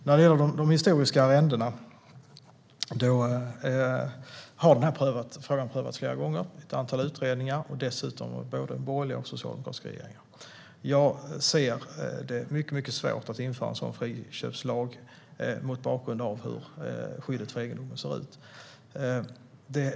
Frågan om historiska arrenden har prövats flera gånger i ett antal utredningar, dessutom både av borgerliga och socialdemokratiska regeringar. Mot bakgrund av hur skyddet för egendom ser ut ser jag det som mycket svårt att införa en sådan friköpslag.